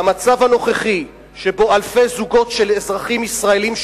המצב הנוכחי שבו אלפי זוגות של אזרחים ישראלים,